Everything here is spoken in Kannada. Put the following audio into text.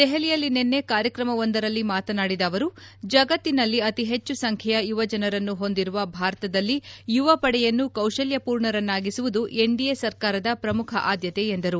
ದೆಹಲಿಯಲ್ಲಿ ನಿನ್ನೆ ಕಾರ್ಯಕ್ರಮವೊಂದರಲ್ಲಿ ಮಾತನಾಡಿದ ಅವರು ಜಗತ್ತಿನಲ್ಲಿ ಅತಿ ಹೆಚ್ಚು ಸಂಚ್ಲೆಯ ಯುವಜನರನ್ನು ಹೊಂದಿರುವ ಭಾರತದಲ್ಲಿ ಯುವಪಡೆಯನ್ನು ಕೌಶಲ್ಲಪೂರ್ಣರನ್ನಾಗಿಸುವುದು ಎನ್ಡಿಎ ಸರ್ಕಾರದ ಪ್ರಮುಖ ಆದ್ಲತೆ ಎಂದರು